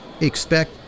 expect